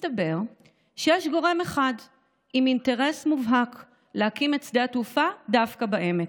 מסתבר שיש גורם אחד עם אינטרס מובהק להקים את שדה התעופה דווקא בעמק.